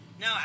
No